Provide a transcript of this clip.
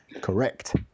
correct